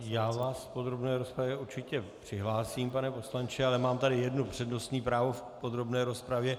Já vás do podrobné rozpravy určitě přihlásím, pane poslanče, ale mám tady jedno přednostní právo v podrobné rozpravě.